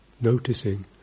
noticing